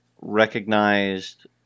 recognized